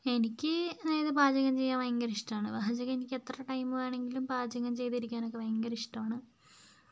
എനിക്ക് അതായത് പാചകം ചെയ്യാൻ ഭയങ്കര ഇഷ്ടാണ് പാചകം എനിക്കെത്ര ടൈം വേണമെങ്കിലും പാചകം ചെയ്തിരിക്കാനൊക്കെ ഭയങ്കര ഇഷ്ടമാണ്